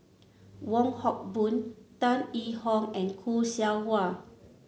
Wong Hock Boon Tan Yee Hong and Khoo Seow Hwa